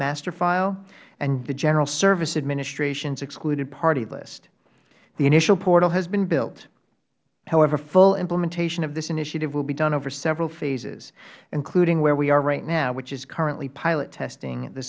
master file and the general service administration's excluded party list the initial portal has been built however full implementation of this initiative will be done over several phases including where we are now which is currently pilot testing the